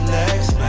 next